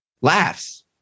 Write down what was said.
laughs